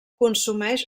consumeix